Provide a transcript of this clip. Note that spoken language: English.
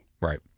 Right